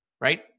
right